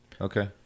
Okay